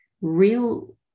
real